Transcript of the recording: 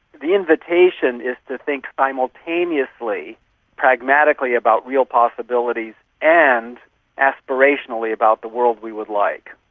the invitation is to think simultaneously pragmatically about real possibilities and aspirationally about the world we would like.